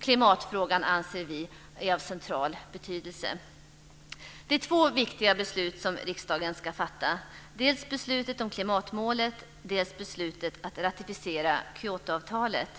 Klimatfrågan anser vi är av central betydelse. Det är två viktiga beslut som riksdagen ska fatta: dels beslut om klimatmålet, dels beslut om att ratificera Kyotoavtalet.